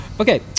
Okay